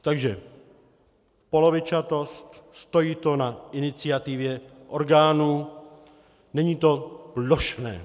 Takže polovičatost, stojí to na iniciativě orgánu, není to plošné.